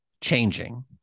changing